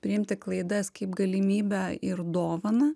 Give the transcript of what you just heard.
priimti klaidas kaip galimybę ir dovaną